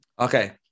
okay